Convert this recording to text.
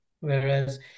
whereas